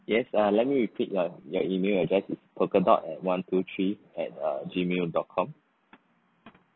yes uh let me repeat your your email address is polka dot at one two three at uh gmail dot com